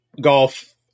golf